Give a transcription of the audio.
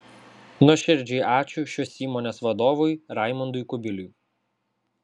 nuoširdžiai ačiū šios įmonės vadovui raimundui kubiliui